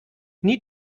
need